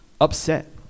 upset